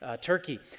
Turkey